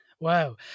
Wow